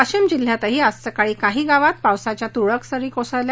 वाशिम जिल्ह्यातही आज काही गावात पावसाच्या तुरळक सरी कोसळल्या